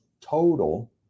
total